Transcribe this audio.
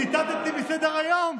ציטטתי מסדר-היום,